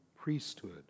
priesthood